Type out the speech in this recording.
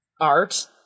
art